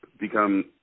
become